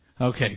Okay